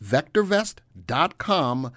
VectorVest.com